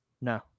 No